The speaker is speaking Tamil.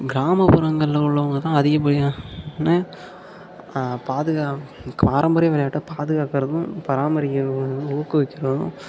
கிராமப்புறங்களில் உள்ளவங்கள்தான் அதிகப்படியான பாதுகா பாரம்பரிய விளையாட்டை பாதுகாக்கிறதும் பராமரிக்கிறதும் ஊக்குவிக்கிறதும்